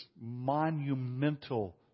monumental